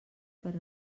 per